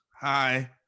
Hi